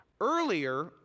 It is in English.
Earlier